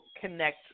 connect